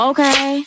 Okay